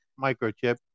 microchip